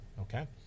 okay